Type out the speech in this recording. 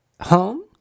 home